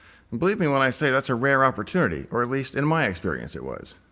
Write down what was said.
and believe me when i say that's a rare opportunity, or at least in my experience it was!